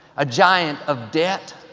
a giant of debt,